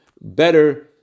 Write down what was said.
better